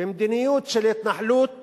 ומדיניות של התנחלות